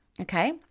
Okay